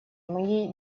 моей